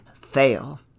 fail